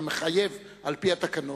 כמתחייב על-פי התקנות,